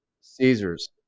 Caesars